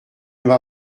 m’a